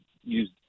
use